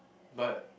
but